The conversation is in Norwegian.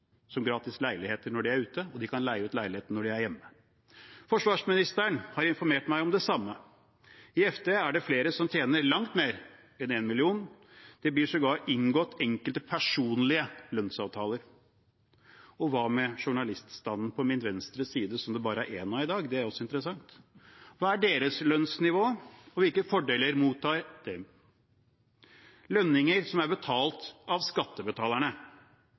som gratis leiligheter når de er ute, og at de kan leie ut leiligheten når de er hjemme. Forsvarsministeren har informert meg om det samme. I Forsvarsdepartementet er det flere som tjener langt mer enn 1 mill. kr. Det blir sågar inngått enkelte personlige lønnsavtaler. Hva med journaliststanden, som sitter på min venstre side? Det er for øvrig bare én fra dem her i dag, noe som også er interessant. Hva er deres lønnsnivå, og hvilke fordeler mottar de? Dette er